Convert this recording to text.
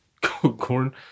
corn